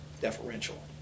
deferential